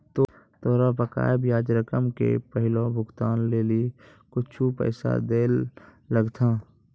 तोरा बकाया ब्याज रकम के पहिलो भुगतान लेली कुछुए पैसा दैयल लगथा